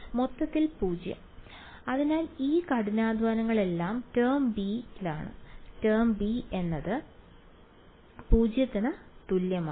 മൊത്തത്തിൽ 0 അതിനാൽ ഈ കഠിനാധ്വാനങ്ങളെല്ലാം ടേം b ടേം b എന്നത് 0 ന് തുല്യമാണ്